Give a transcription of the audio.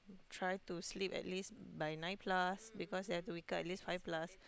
try to sleep at least by nine plus because you have to wake up at least five plus